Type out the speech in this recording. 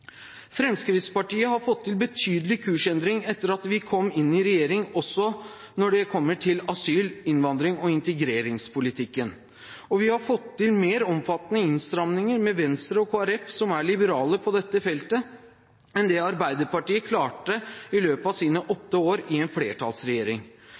Fremskrittspartiet har fått til en betydelig kursendring etter at vi kom inn i regjering, også når det gjelder asyl-, innvandrings- og integreringspolitikken. Vi har fått til mer omfattende innstramminger med Venstre og Kristelig Folkeparti, som er liberale på dette feltet, enn det Arbeiderpartiet klarte i løpet av sine